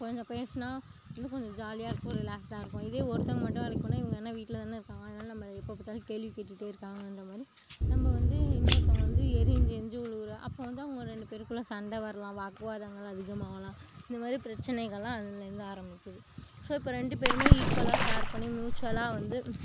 கொஞ்சம் பேசுனா இன்னும் கொஞ்சம் ஜாலியாக இருக்கும் ரிலாக்ஸ்டாக இருக்கும் இதே ஒருத்தவங்க மட்டும் வேலைக்கு போனா இவங்க என்ன வீட்டில் தானே இருக்காங்க அதனால் நம்மளை எப்போ பார்த்தாலும் கேள்வி கேட்டுகிட்டே இருக்காங்கன்ற மாதிரி நம்ம வந்து இன்னொருத்தவங்க வந்து எரிஞ்சி எரிஞ்சி விழுவுற அப்போ வந்து அவங்க ரெண்டு பேருக்குள்ளே சண்டை வர்லாம் வாக்குவாதங்கள் அதிகமாவலாம் இது மாதிரி பிரச்சனைகள்லாம் அதுலந்து ஆரமிக்கிது ஸோ இப்போ ரெண்டு பேருமே ஈக்குவலாக ஷேர் பண்ணி ம்யூச்சுவலாக வந்து